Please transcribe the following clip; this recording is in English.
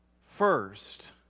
first